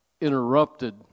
interrupted